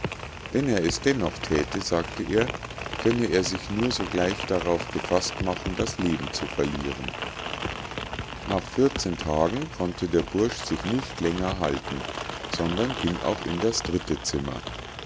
wenn er es dennoch thäte sagte er könne er sich nur sogleich darauf gefasst machen das leben zu verlieren nach vierzehn tagen konnte der bursch sich nicht länger halten sondern ging auch in das dritte zimmer